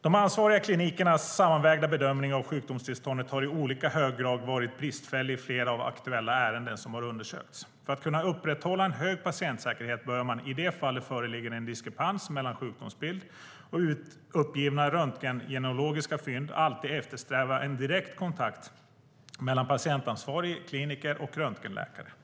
De ansvariga klinikernas sammanvägda bedömning av sjukdomstillståndet har i olika hög grad varit bristfällig i flera aktuella ärenden som har undersökts. För att kunna upprätthålla en hög patientsäkerhet bör man i de fall där det föreligger en diskrepans mellan sjukdomsbild och uppgivna röntgengenologiska fynd alltid eftersträva en direkt kontakt mellan patientansvarig kliniker och röntgenläkare.